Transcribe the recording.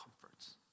comforts